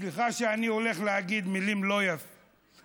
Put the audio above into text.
סליחה שאני הולך להגיד מילים לא נעימות,